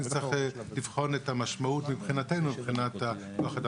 נצטרך לבחון את המשמעות מבחינת כוח-האדם.